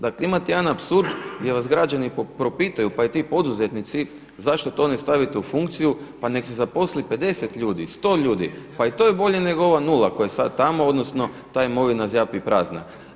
Dakle imate jedan apsurd gdje vas građani propitaju pa i ti poduzetnici zašto to ne stavite u funkciju pa nek se zaposli 50, 100 ljudi pa i to je bolje nego ova nula koja je sada tamo odnosno ta imovina zjapi prazna.